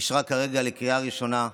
אישרה כרגע לקריאה ראשונה,